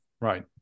Right